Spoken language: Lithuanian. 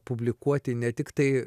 publikuoti ne tiktai